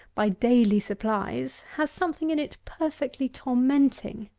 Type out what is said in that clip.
by daily supplies, has something in it perfectly tormenting.